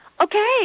Okay